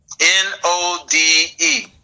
N-O-D-E